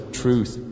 truth